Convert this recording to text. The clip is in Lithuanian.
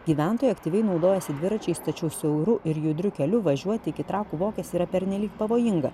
gyventojai aktyviai naudojasi dviračiais tačiau siauru ir judriu keliu važiuoti iki trakų vokės yra pernelyg pavojinga